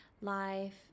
life